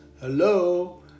Hello